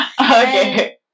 Okay